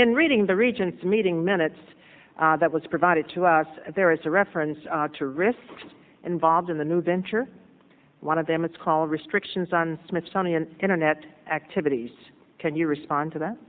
n reading the regents meeting minutes that was provided to us there is a reference to risk involved in the new venture one of them it's called restrictions on smithsonian internet activities can you respond to